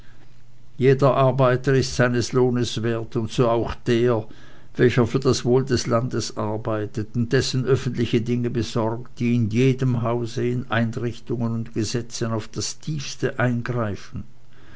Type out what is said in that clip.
jeder arbeiter ist seines lohnes wert und so auch der welcher für das wohl des landes arbeitet und dessen öffentliche dinge besorgt die in jedem hause in einrichtungen und gesetzen auf das tiefste eingreifen